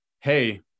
hey